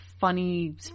funny